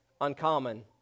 uncommon